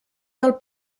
del